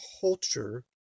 culture